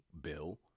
bill